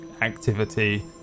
activity